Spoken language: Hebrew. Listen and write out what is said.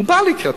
הוא בא לקראתי.